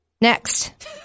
Next